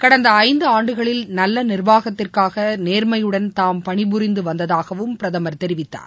கடந்தஐந்துஆண்டுகளில் நல்லநிர்வாகத்திற்காக நேர்மையுடன் தாம் பணி புரிந்து வந்ததாகவும் பிரதமர் தெரிவித்தார்